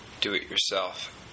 do-it-yourself